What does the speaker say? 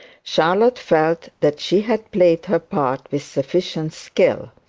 charlotte felt that she had played her part with sufficient skill.